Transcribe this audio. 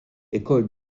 écoles